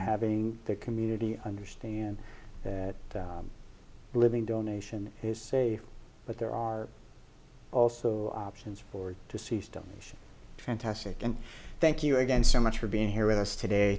having the community understand that living donation is safe but there are also options for the ceased i'm fantastic and thank you again so much for being here with us today